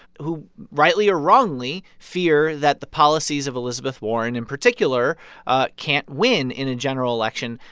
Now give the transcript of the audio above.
who rightly or wrongly fear that the policies of elizabeth warren in particular can't win in a general election,